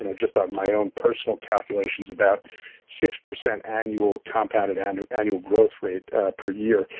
ah just on my own personal calculations, about six percent annual, compounded and annual growth rate per year.